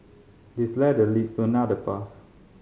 this ladder leads to another path